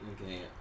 Okay